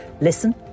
Listen